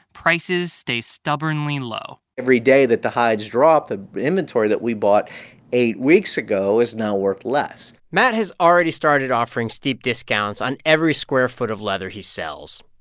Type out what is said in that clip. prices stay stubbornly low every day that the hides drop, the inventory that we bought eight weeks ago is now worth less matt has already started offering steep discounts on every square-foot of leather he sells.